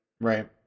right